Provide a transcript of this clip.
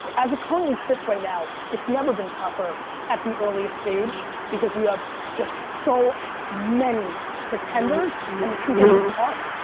as it currently sits right now, it's never been tougher at the earliest stage, because you have just so many pretenders, and the truth is it's hard.